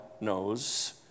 knows